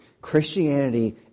Christianity